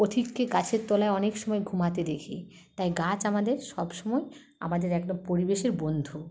পথিককে গাছের তলায় অনেক সময় ঘুমাতে দেখি তাই গাছ আমাদের সবসময় আমাদের একটা পরিবেশের বন্ধু